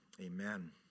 Amen